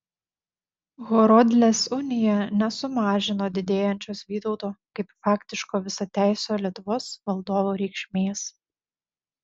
horodlės unija nesumažino didėjančios vytauto kaip faktiško visateisio lietuvos valdovo reikšmės